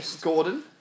Gordon